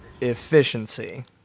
Efficiency